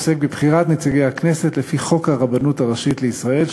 עוסק בבחירת נציגי הכנסת לפי חוק הרבנות הראשית לישראל,